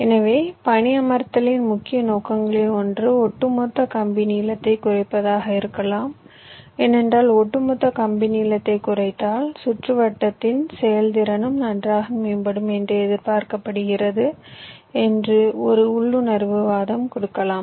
எனவே பணியமர்த்தலின் முக்கிய நோக்கங்களில் ஒன்று ஒட்டுமொத்த கம்பி நீளத்தைக் குறைப்பதாக இருக்கலாம் ஏனென்றால் ஒட்டுமொத்த கம்பி நீளத்தை குறைத்தால் சுற்றுவட்டத்தின் செயல்திறனும் நன்றாக மேம்படும் என்று எதிர்பார்க்கப்படுகிறது என்று ஒரு உள்ளுணர்வு வாதம் கொடுக்கலாம்